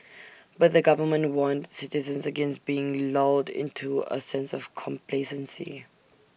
but the government warned citizens against being lulled into A sense of complacency